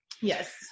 Yes